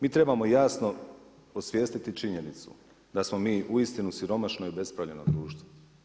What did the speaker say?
Mi trebamo jasno osvijestiti činjenicu da smo mi uistinu siromašno i obespravljeno društvo.